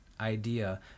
idea